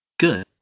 Good